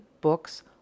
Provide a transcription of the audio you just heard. books